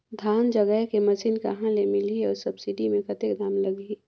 धान जगाय के मशीन कहा ले मिलही अउ सब्सिडी मे कतेक दाम लगही?